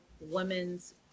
women's